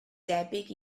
debyg